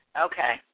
Okay